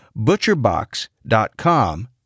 ButcherBox.com